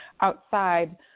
outside